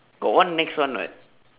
got one nex one [what]